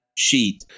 Sheet